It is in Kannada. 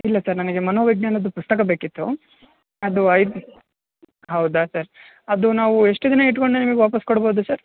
ಇಲ್ಲ ಸರ್ ನನಗೆ ಮನೋವಿಜ್ಞಾನದ ಪುಸ್ತಕ ಬೇಕಿತ್ತು ಅದು ಐದು ಹೌದಾ ಸರ್ ಅದು ನಾವು ಎಷ್ಟು ದಿನ ಇಟ್ಕೊಂಡ್ ನಿಮಗೆ ವಾಪಸ್ ಕೊಡ್ಬೋದು ಸರ್